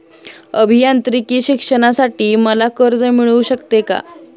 अभियांत्रिकी शिक्षणासाठी मला कर्ज मिळू शकते का?